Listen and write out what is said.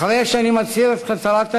אחרי שאני מצהיר את הצהרת האמונים,